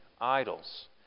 idols